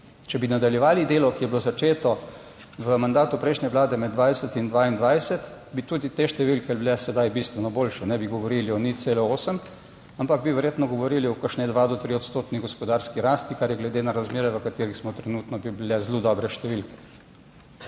če bi nadaljevali delo, ki je bilo začeto v mandatu prejšnje Vlade med 2020 in 2022, bi tudi te številke bile sedaj bistveno boljše. Ne bi govorili o 0,8, ampak bi verjetno govorili o kakšni 2- do 3-odstotni gospodarski rasti, kar bi glede na razmere, v katerih smo trenutno, bile zelo dobre številke,